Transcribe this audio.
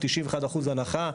91% הנחה.